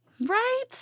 Right